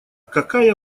какая